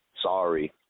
Sorry